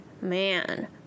Man